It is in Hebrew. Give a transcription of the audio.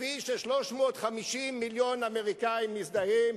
כפי ש-350 מיליון אמריקנים מזדהים.